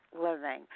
living